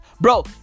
Bro